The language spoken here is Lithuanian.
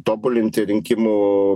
tobulinti rinkimų